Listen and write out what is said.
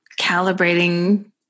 calibrating